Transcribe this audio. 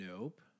nope